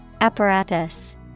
Apparatus